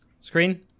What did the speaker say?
screen